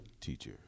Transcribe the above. Teacher